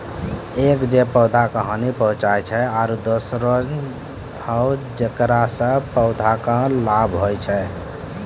एक जे पौधा का हानि पहुँचाय छै आरो दोसरो हौ जेकरा सॅ पौधा कॅ लाभ होय छै